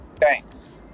Thanks